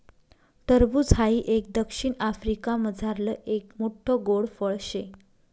टरबूज हाई एक दक्षिण आफ्रिकामझारलं एक मोठ्ठ गोड फळ शे